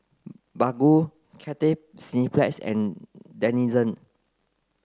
Baggu Cathay Cineplex and Denizen